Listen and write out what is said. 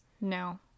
no